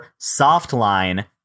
Softline